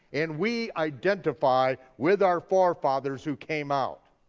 and we identify with our forefathers who came out,